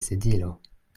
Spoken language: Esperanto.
sedilo